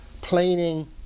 planing